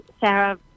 Sarah